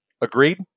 Agreed